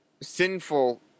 sinful